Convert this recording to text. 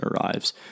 arrives